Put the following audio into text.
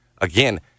again